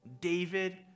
David